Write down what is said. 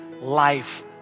life